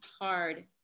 hard